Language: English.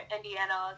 Indiana